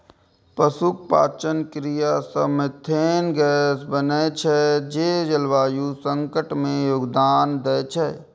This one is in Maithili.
पशुक पाचन क्रिया सं मिथेन गैस बनै छै, जे जलवायु संकट मे योगदान दै छै